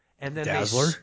Dazzler